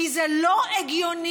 כי זה לא הגיוני.